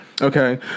Okay